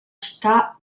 città